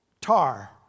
tar